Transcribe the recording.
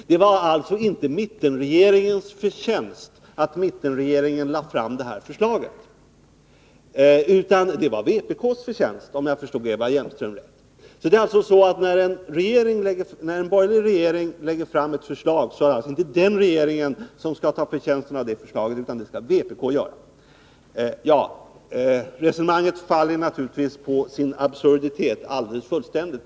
Det var alltså inte mittenregeringens förtjänst att mittenregeringen lade fram det här förslaget, utan det var, om jag förstod Eva Hjelmström rätt, vpk:s förtjänst! När en borgerlig regering lägger fram ett förslag är det alltså inte den regeringen som skall ta åt sig äran av det förslaget, utan det skall vpk göra! Resonemanget faller naturligtvis helt på sin egen absurditet.